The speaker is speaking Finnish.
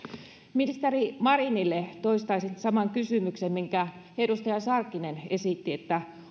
ministeri marinille toistaisin saman kysymyksen minkä edustaja sarkkinen esitti